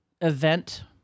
event